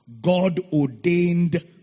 God-ordained